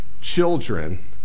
children